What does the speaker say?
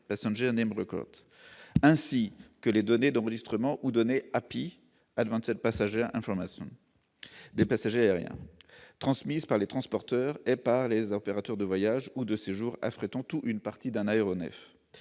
ainsi que les données d'enregistrement, ou données API, pour -transmises par les transporteurs et par les opérateurs de voyage ou de séjour affrétant tout ou partie d'un aéronef.